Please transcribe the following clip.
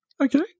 Okay